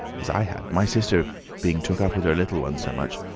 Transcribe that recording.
as i had my sister being took up with her little ones so much.